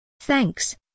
Thanks